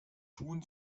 tun